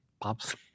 pops